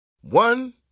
One